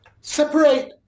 Separate